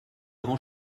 grand